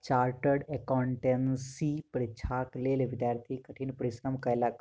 chartered accountancy परीक्षाक लेल विद्यार्थी कठिन परिश्रम कएलक